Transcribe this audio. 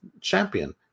champion